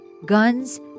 Guns